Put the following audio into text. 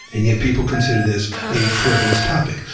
and yet people consider this a frivolous topic.